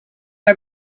our